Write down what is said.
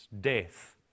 death